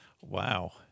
Wow